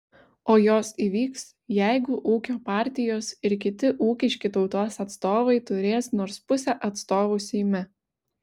o jos įvyks jeigu ūkio partijos ir kiti ūkiški tautos atstovai turės nors pusę atstovų seime